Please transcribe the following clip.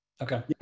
Okay